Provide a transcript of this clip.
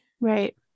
Right